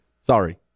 sorry